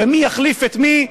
ומי יחליף את מי,